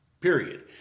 Period